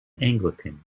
anglican